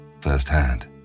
firsthand